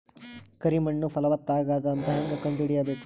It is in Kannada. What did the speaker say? ಕರಿ ಮಣ್ಣು ಫಲವತ್ತಾಗದ ಅಂತ ಹೇಂಗ ಕಂಡುಹಿಡಿಬೇಕು?